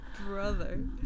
brother